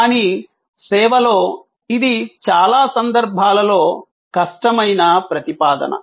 కానీ సేవలో ఇది చాలా సందర్భాలలో కష్టమైన ప్రతిపాదన